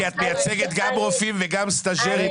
כי את מייצגת גם רופאים וגם סטאז'רים,